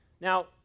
Now